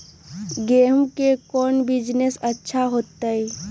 गेंहू के कौन बिजनेस अच्छा होतई?